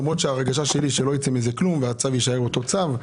למרות שההרגשה שלי שלא ייצא מזה כלום והצו יישאר אותו צו,